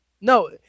no